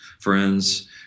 friends